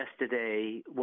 Yesterday